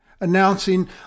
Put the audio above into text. Announcing